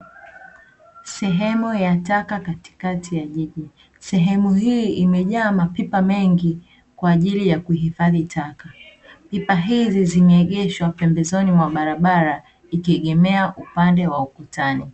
Sehemu ya taka katikati ya jiji, sehemu hii imejaa mapipa mengi kwa ajili ya kuhifadhi taka. Pipa hizi zimeegeshwa pembezoni mwa barabara zikiegemea upande wa ukutani.